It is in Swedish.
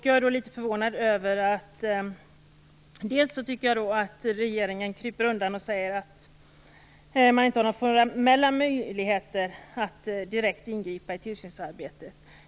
Jag är litet förvånad bl.a. över att regeringen kryper undan och säger att den inte har några formella möjligheter att direkt ingripa i tillsynsarbetet.